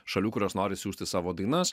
šalių kurios nori siųsti savo dainas